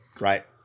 Right